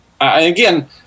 again